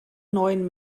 neuen